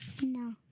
No